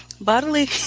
bodily